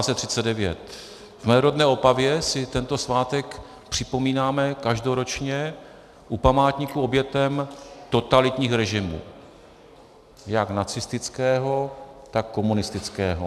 V mé rodné Opavě si tento svátek připomínáme každoročně u památníku obětem totalitních režimů jak nacistického, tak komunistického.